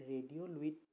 radio Luit